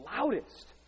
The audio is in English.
loudest